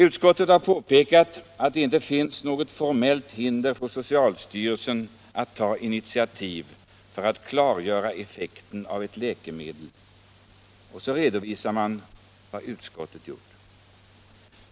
Utskottet har påpekat att det inte finns något formellt hinder för socialstyrelsen att ta initiativ för att klargöra effekten av ett läkemedel, och så redovisar man vad socialutskottet gjort.